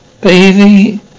baby